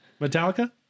Metallica